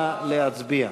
נא להצביע.